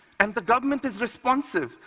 and the government is responsive.